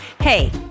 Hey